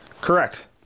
correct